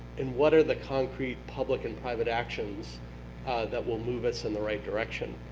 and what are the concrete public and private actions that will move us in the right direction?